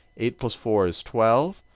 eight plus four is twelve.